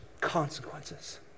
consequences